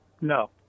No